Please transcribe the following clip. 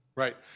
Right